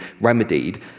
remedied